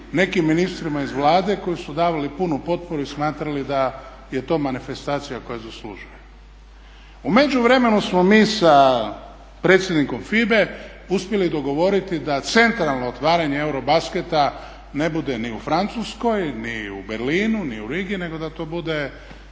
nekim ministrima iz Vlade koji su davali punu potporu i smatrali da je to manifestacija koja zaslužuje. U međuvremenu smo mi sa predsjednikom FIBA-e uspjeli dogovoriti da centralno otvaranje EUROBASKET-a ne bude ni u Francuskoj, ni u Berlinu, ni u Rigi, nego da to bude